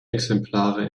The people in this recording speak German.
exemplare